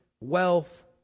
Wealth